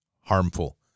harmful